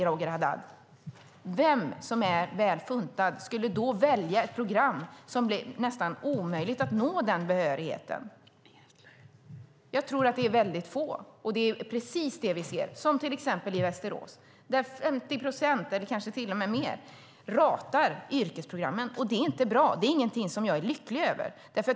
Roger Haddad, vilken väl funtad person skulle välja ett program som innebär att det blir nästan omöjligt att nå nämnda behörighet? Jag tror att de personerna är väldigt få. Det är precis vad vi ser, till exempel i Västerås där 50 procent eller kanske till och med mer ratar yrkesprogrammen. Detta är inte bra och inte någonting som jag är lycklig över.